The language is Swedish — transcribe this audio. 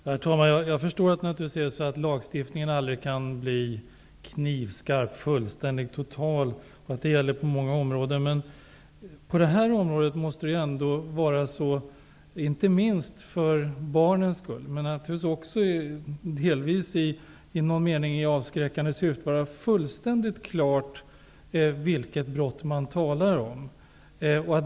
Herr talman! Jag förstår att lagstiftningen naturligtvis aldrig kan bli knivskarp, fullständig och total och att det gäller på många områden. På det här området måste det emellertid -- inte minst för barnens skull men också i avskräckande syfte -- vara fullständigt klart vilket brott man talar om.